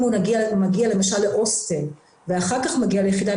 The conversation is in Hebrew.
אם הוא מגיע למשל להוסטל ואחר כך מגיע ליחידה,